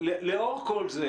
לאור כל זה,